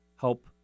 help